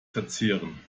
verzehren